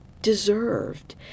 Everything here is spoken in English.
deserved